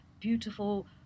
beautiful